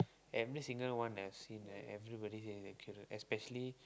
every single one I've seen right everybody say it's a killer especially